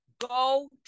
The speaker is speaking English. Go